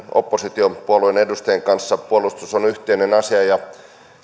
oppositiopuolueiden edustajien kanssa puolustus on yhteinen asia ja